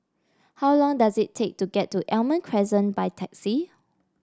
how long does it take to get to Almond Crescent by taxi